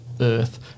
earth